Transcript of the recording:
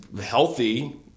healthy –